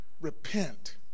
repent